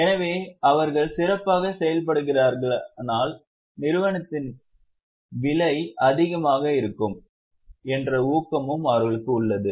எனவே அவர்கள் சிறப்பாக செயல்படுகிறார்களானால் நிறுவனத்தின் விலை அதிகமாக இருக்கும் என்ற ஊக்கமும் அவர்களுக்கு உள்ளது